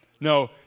No